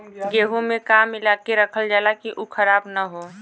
गेहूँ में का मिलाके रखल जाता कि उ खराब न हो?